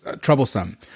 troublesome